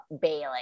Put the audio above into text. Bailey